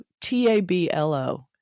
T-A-B-L-O